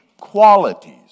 qualities